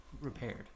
repaired